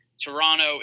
Toronto